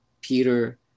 Peter